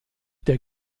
der